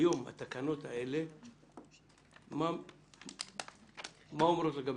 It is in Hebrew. מה התקנות היום אומרת לגבי